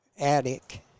attic